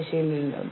പരാതികളുടെ തരങ്ങൾ